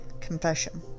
Confession